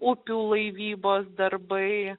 upių laivybos darbai